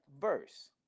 verse